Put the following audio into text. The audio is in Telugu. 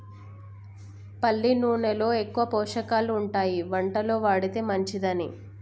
పల్లి నూనెలో ఎక్కువ పోషకాలు ఉంటాయి వంటలో వాడితే మంచిదని